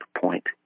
point